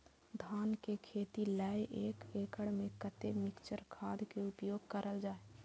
धान के खेती लय एक एकड़ में कते मिक्चर खाद के उपयोग करल जाय?